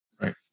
Right